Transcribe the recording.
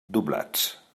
doblats